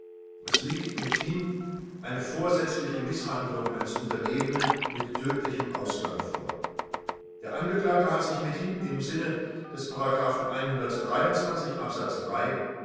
es liegt mithin eine vorsätzliche mißhandlung eines untergebenen mit tödlichem ausgange vor der angeklagte hat sich mithin im sinne des